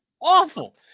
awful